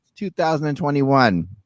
2021